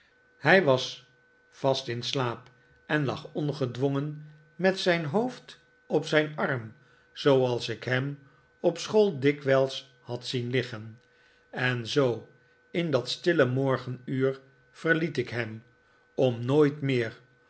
hij was vast in slaap en lag ongedwongen met zijn hoofd op zijn arm zooals ik hem bij mijnheer omer op school dikwijls had zien liggen en zoo in dat stille morgenuur verliet ik hem om nooit meer